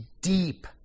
Deep